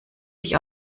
ich